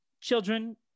children